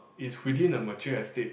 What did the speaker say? is within a mature estate